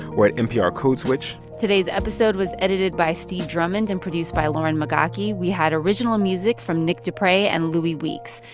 we're at nprcodeswitch today's episode was edited by steve drummond and produced by lauren migaki. we had original music from nick deprey and louis weeks.